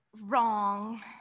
wrong